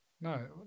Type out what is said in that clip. No